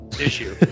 issue